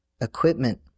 equipment